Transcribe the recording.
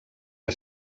que